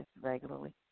regularly